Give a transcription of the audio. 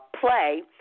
play